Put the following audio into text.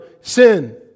sin